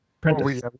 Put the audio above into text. Prentice